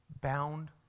bound